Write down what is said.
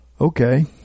Okay